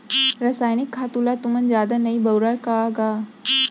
रसायनिक खातू ल तुमन जादा नइ बउरा का गा?